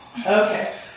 Okay